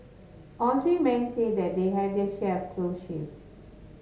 all three men say that they had their share of close shaves